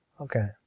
Okay